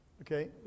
Okay